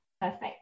perfect